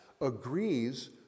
agrees